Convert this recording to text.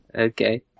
okay